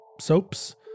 soaps